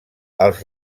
els